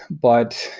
but,